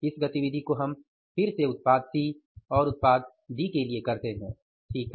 इस गतिविधि को हम फिर से उत्पाद C और उत्पाद D के लिए करतें हैं ठीक है